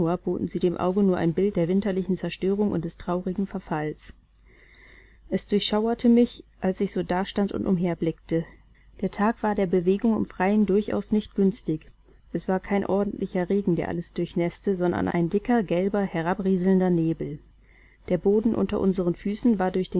sie dem auge nur ein bild der winterlichen zerstörung und des traurigen verfalls es durchschauerte mich als ich so dastand und umherblickte der tag war der bewegung im freien durchaus nicht günstig es war kein ordentlicher regen der alles durchnäßte sondern ein dicker gelber herabrieselnder nebel der boden unter unseren füßen war durch